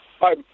hi